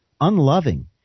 unloving